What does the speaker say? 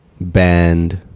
band